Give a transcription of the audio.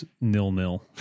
nil-nil